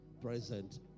present